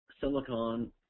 silicon